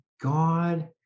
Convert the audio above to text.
God